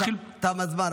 הוא התחיל --- תם הזמן,